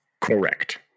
Correct